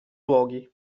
luoghi